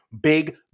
big